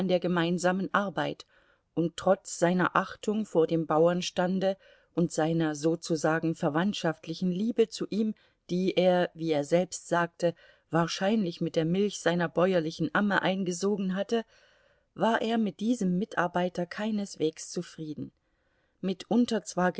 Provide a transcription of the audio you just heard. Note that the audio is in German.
der gemeinsamen arbeit und trotz seiner achtung vor dem bauernstande und seiner sozusagen verwandtschaftlichen liebe zu ihm die er wie er selbst sagte wahrscheinlich mit der milch seiner bäuerlichen amme eingesogen hatte war er mit diesem mitarbeiter keineswegs zufrieden mitunter zwar